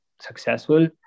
successful